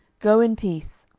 go in peace.